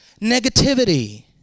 negativity